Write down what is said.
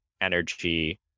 energy